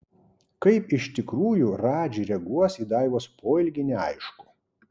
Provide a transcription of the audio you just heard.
kaip iš tikrųjų radži reaguos į daivos poelgį neaišku